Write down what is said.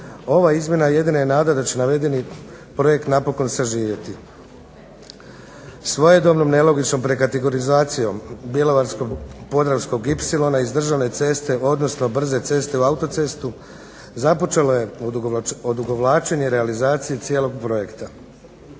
ova izmjena jedina je nada da će navedeni projekt napokon saživjeti. Svojedobnom nelogičnom prekategorizacijom bjelovarsko-podravskog ipsilona iz državne ceste, odnosno brze ceste u auto-cestu započelo je odugovlačenje realizacije cijelog projekta.